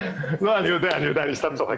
אני יודע, אני סתם צוחק.